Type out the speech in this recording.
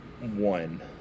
one